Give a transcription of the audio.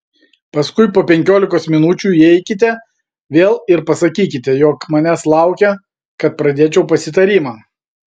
paskui po penkiolikos minučių įeikite vėl ir pasakykite jog manęs laukia kad pradėčiau pasitarimą